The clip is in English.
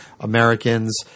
Americans